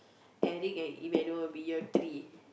Eric and Emmanuel will be year three